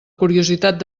curiositat